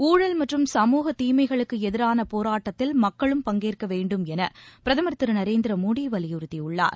ஊழல் மற்றும் சமூக தீஸ்களுக்கு எதிரான போராட்டத்தில் மக்களும் பங்கேற்க வேண்டும் எள பிரதமர் திரு நரேந்திர மோடி வலியுறுத்தியுள்ளார்